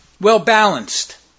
well-balanced